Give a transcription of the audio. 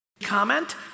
comment